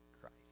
Christ